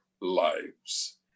lives